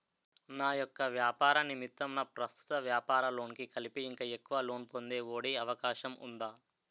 నా యెక్క వ్యాపార నిమిత్తం నా ప్రస్తుత వ్యాపార లోన్ కి కలిపి ఇంకా ఎక్కువ లోన్ పొందే ఒ.డి అవకాశం ఉందా?